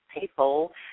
people